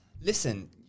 Listen